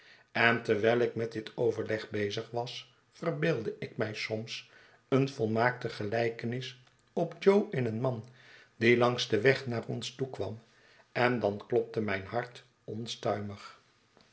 en terwijl ik met dit overleg bezig was verbeeldde ik mij soms eene volmaakte gelijkenis op jo in een man die langs den weg naar ons toe kwam en dan klopte mijn hart onstuimig